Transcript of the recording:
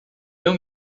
não